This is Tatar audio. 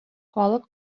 халык